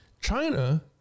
China